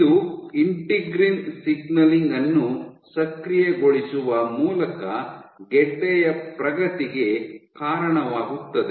ಇದು integrin signalling ಅನ್ನು ಸಕ್ರಿಯಗೊಳಿಸುವ ಮೂಲಕ ಗೆಡ್ಡೆಯ ಪ್ರಗತಿಗೆ ಕಾರಣವಾಗುತ್ತದೆ